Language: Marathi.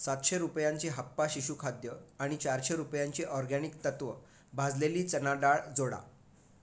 सातशे रुपयांचे हप्पा शिशु खाद्य आणि चारशे रुपयांचे ऑरगॅनिक तत्व भाजलेली चणाडाळ जोडा